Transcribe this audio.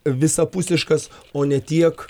visapusiškas o ne tiek